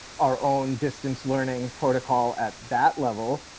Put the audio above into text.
our own distance learning protocol at that level.